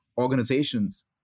organizations